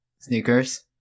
Sneakers